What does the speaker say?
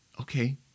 okay